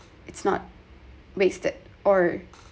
it's not wasted or